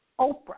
Oprah